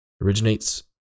originates